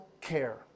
care